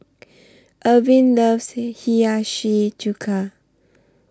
Ervin loves Hiyashi Chuka